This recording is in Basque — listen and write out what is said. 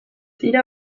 dira